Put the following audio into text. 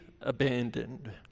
abandoned